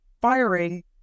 firing